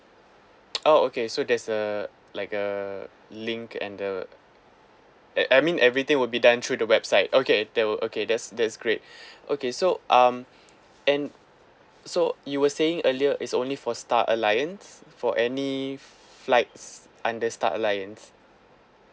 oh okay so there's a like a link and the uh I mean everything will be done through the website okay there were okay that's that's great okay so um and so you were saying earlier it's only for star alliance for any flights under start alliance